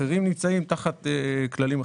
אחרים נמצאים תחת כללים אחרים.